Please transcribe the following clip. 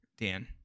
Dan